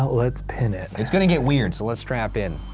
let's pin it. it's gonna get weird, so let's strap in.